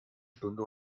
stunde